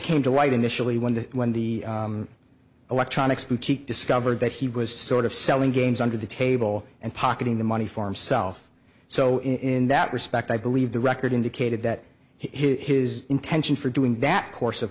came to light initially when the when the electronics boutique discovered that he was sort of selling games under the table and pocketing the money for himself so in that respect i believe the record indicated that his intention for doing that course of